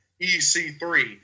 EC3